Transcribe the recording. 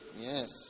Yes